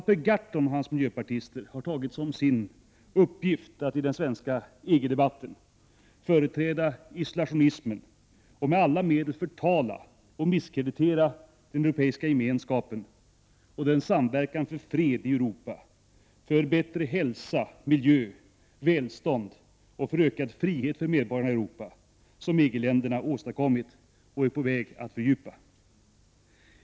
Per Gahrton och hans miljöpartister har tagit som sin uppgift att i den svenska EG-debatten företräda isolationismen och med alla medel förtala och misskreditera den europeiska gemenskapen och den samverkan för fred i Europa, för bättre hälsa, miljö, välstånd och för ökad frihet för medborgarna i Europa som EG-länderna åstadkommit och är på väg att fördjupa.